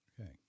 Okay